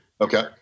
okay